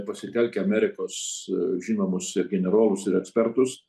pasitelkę amerikos žinomus ir generolus ir ekspertus